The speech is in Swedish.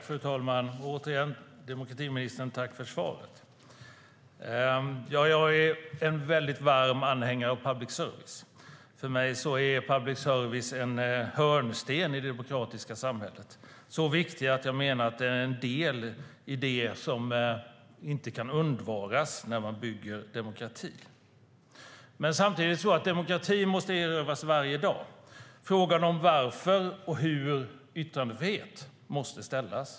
Fru talman! Jag tackar återigen demokratiministern för svaret. Jag är en mycket varm anhängare av public service. För mig är public service en hörnsten i det demokratiska samhället, så viktig att jag menar att den är en del i det som inte kan undvaras när man bygger demokrati. Samtidigt måste demokrati erövras varje dag. Frågan om varför och hur när det gäller yttrandefrihet måste ställas.